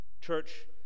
Church